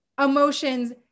emotions